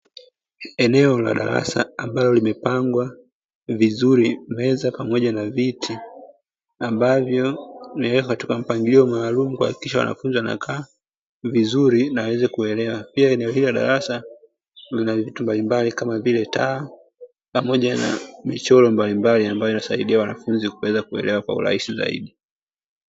Eneo la darasa, ambalo limepangwa vizuri, meza pamoja na viti, ambavyo vimewekwa katika mpangilio maalum kuhakikisha wanafunzi wanakaa vizuri na waweze kuelewa. Pia eneo hilo la darasa lina vitu mbalimbali kama vile taa pamoja na michoro mbalimbali ambayo inasaidia wanafunzi kuweza kuelewa kwa urahisi zaidi.